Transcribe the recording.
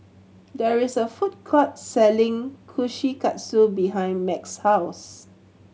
there is a food court selling Kushikatsu behind Madge's house